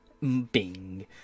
bing